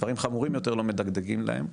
דברים חמורים יותר לא מדגדגים להם,